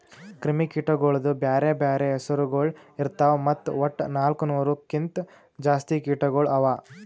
ಕ್ರಿಮಿ ಕೀಟಗೊಳ್ದು ಬ್ಯಾರೆ ಬ್ಯಾರೆ ಹೆಸುರಗೊಳ್ ಇರ್ತಾವ್ ಮತ್ತ ವಟ್ಟ ನಾಲ್ಕು ನೂರು ಕಿಂತ್ ಜಾಸ್ತಿ ಕೀಟಗೊಳ್ ಅವಾ